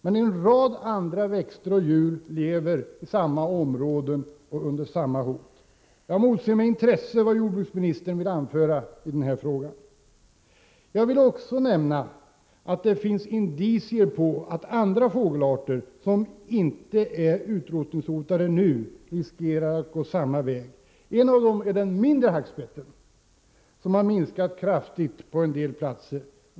Men en rad växter och djur lever i samma områden under samma hot. Jag motser med intresse vad jordbruksministern vill anföra i den frågan. Jag vill också nämna att det finns indicier på att andra fågelarter, som inte är utrotningshotade nu, riskerar att gå samma väg. En av dem är den mindre hackspetten, som har minskat kraftigt i antal på en del platser.